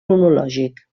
cronològic